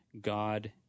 God